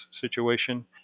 situation